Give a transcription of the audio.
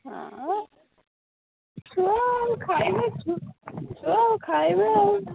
ହଁ ସେ ଖାଇବେ ଖାଇବେ ଆଉ